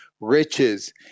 riches